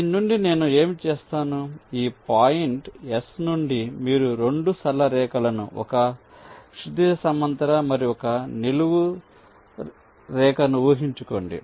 దీని నుండి నేను ఏమి చేస్తాను ఈ పాయింట్ S నుండి మీరు 2 సరళ రేఖలను ఒక క్షితిజ సమాంతర మరియు ఒక నిలువుగా ఊహించుకోండి